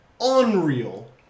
unreal